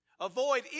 Avoid